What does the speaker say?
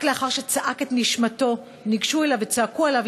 רק לאחר שצעק את נשמתו ניגשו אליו וצעקו עליו